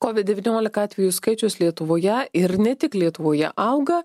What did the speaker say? kovid devyniolika atvejų skaičius lietuvoje ir ne tik lietuvoje auga